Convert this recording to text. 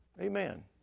Amen